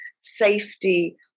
safety